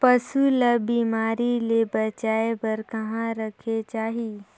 पशु ला बिमारी ले बचाय बार कहा रखे चाही?